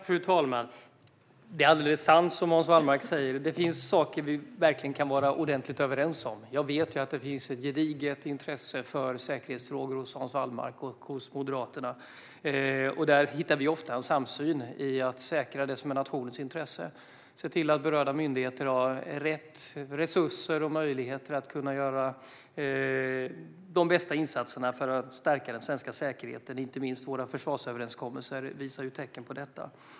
Fru talman! Det är alldeles sant som Hans Wallmark säger: Det finns saker vi verkligen kan vara ordentligt överens om. Jag vet att det finns ett gediget intresse för säkerhetsfrågor hos Hans Wallmark och Moderaterna. Där hittar vi ofta en samsyn i att säkra det som är nationens intresse, nämligen att se till att berörda myndigheter har rätt resurser och möjligheter att göra de bästa insatserna för att stärka den svenska säkerheten. Inte minst våra försvarsöverenskommelser visar tecken på detta.